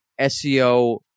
SEO